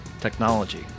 technology